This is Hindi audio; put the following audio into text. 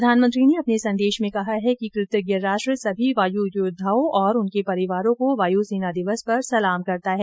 प्रधानमंत्री ने अपने संदेश में कहा है कृतज्ञ राष्ट्र सभी वायू योद्वाओं और उनके परिवारों को वायु सेना दिवस पर सलाम करता है